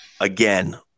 Again